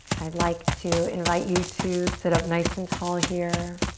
i'd like to invite you to sit up nice and tall here.